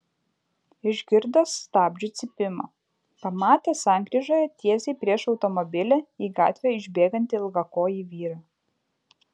išgirdo stabdžių cypimą pamatė sankryžoje tiesiai prieš automobilį į gatvę išbėgantį ilgakojį vyrą